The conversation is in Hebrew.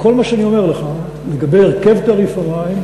כל מה שאני אומר לך לגבי הרכב תעריף המים,